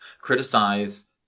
criticize